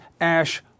Ash